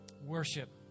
worship